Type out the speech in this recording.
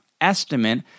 estimate